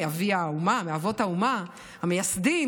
מאבות האומה המייסדים,